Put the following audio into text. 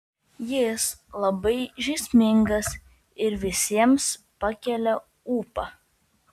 jis labai žaismingas ir visiems pakelia ūpą